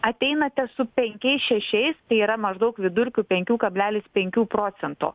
ateinate su penkiais šešiais tai yra maždaug vidurkiu penkių kablelis penkių procento